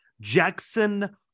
Jackson